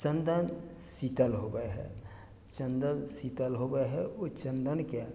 चन्दन शीतल होबय हइ चन्दन शीतल होबय हइ ओइ चन्दनके